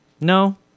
No